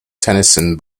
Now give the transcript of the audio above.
tennyson